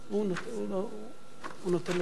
הוא נותן לו את המסמך.